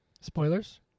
Spoilers